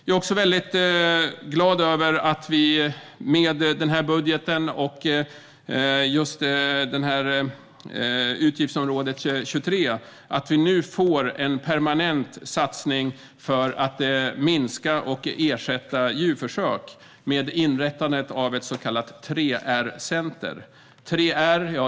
Jag är väldigt glad över att vi med denna budget, och just utgiftsområde 23, får en permanent satsning för att minska och ersätta djurförsök i och med inrättandet av ett så kallat 3R-center.